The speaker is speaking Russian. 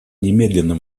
немедленно